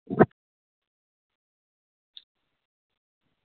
अ